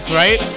right